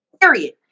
period